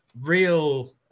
real